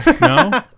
No